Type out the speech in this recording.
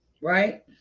right